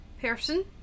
person